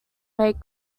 make